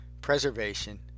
preservation